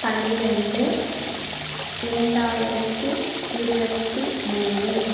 பன்னிரெண்டு இரண்டாயிரத்தி இருபத்தி மூணு